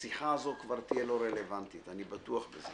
השיחה הזאת כבר תהיה לא רלבנטית, אני בטוח בזה.